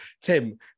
Tim